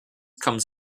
comes